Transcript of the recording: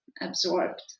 absorbed